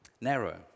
narrow